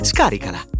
Scaricala